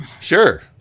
Sure